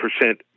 percent